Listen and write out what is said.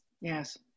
Yes